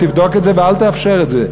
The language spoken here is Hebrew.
תבדוק את זה ואל תאפשר את זה,